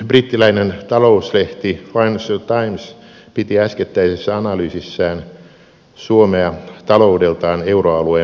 brittiläinen talouslehti financial times piti äskettäisessä analyysissään suomea taloudeltaan euroalueen vahvimpana valtiona